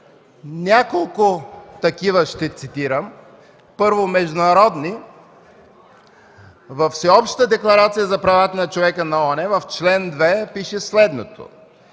няколко такива – първо, международни. Във Всеобща декларация за правата на човека на ООН в чл. 2 пише следното: